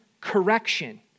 correction